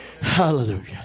Hallelujah